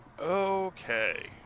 Okay